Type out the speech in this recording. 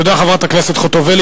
תודה, חברת הכנסת חוטובלי.